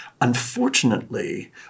Unfortunately